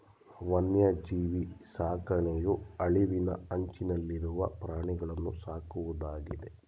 ವನ್ಯಜೀವಿ ಸಾಕಣೆಯು ಅಳಿವಿನ ಅಂಚನಲ್ಲಿರುವ ಪ್ರಾಣಿಗಳನ್ನೂ ಸಾಕುವುದಾಗಿದೆ